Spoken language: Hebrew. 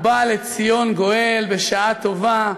ובא לציון גואל בשעה טובה,